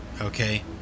Okay